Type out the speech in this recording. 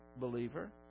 believer